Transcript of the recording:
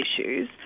issues